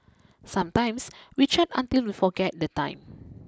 sometimes we chat until we forget the time